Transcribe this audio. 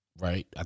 right